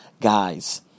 Guys